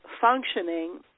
functioning